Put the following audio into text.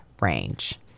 range